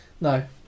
No